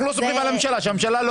אנחנו לא סומכים על הממשלה שהממשלה לא